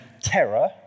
terror